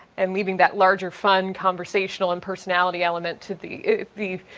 and leaving that larger fun conversational and personality element to the the